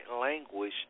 language